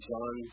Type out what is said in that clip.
John